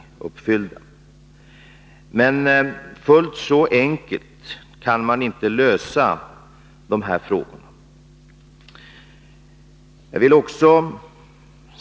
Fullt så enkelt kan man inte lösa dessa frågor.